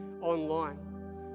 online